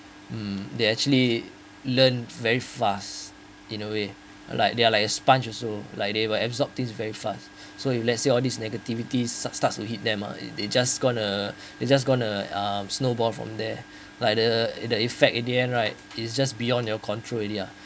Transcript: mm they actually learn very fast in a way like they are like a sponge also like they will absorb thing very fast so if let's say all this negativity starts starts to hit them uh they just gonna they just gonna um snowballed from there like the the effect at the end right it's just beyond your control already uh